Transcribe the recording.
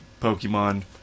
Pokemon